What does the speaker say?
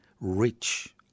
rich